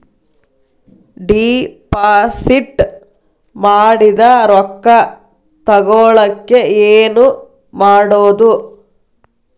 Deposit ಮಾಡಿದ ರೊಕ್ಕ ತಗೋಳಕ್ಕೆ ಏನು ಮಾಡೋದು?